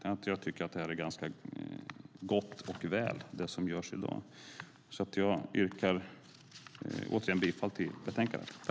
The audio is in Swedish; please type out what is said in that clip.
Det som görs i dag är gott och väl, och jag yrkar återigen bifall till utskottets förslag i betänkandet.